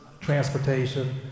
transportation